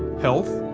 health,